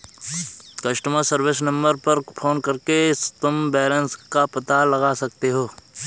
customer service number पर phone करके तुम बैलन्स का पता लगा सकते हो